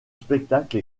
spectacle